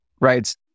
right